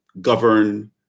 govern